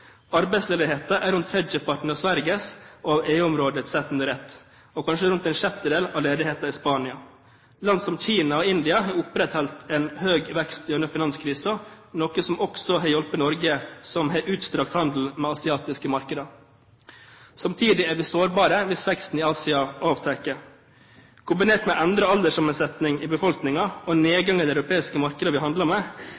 Arbeidsledigheten er rundt tredjeparten av arbeidsledigheten i Sverige og EU-området sett under ett, og kanskje rundt en sjettedel av ledigheten i Spania. Land som Kina og India har opprettholdt en høy vekst gjennom finanskrisen, noe som også har hjulpet Norge, som har utstrakt handel med asiatiske markeder. Samtidig er vi sårbare hvis veksten i Asia avtar. Kombinert med endret alderssammensetning i befolkningen og